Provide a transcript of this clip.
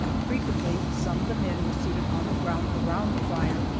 frequently some of the men were seated on the ground around the fire,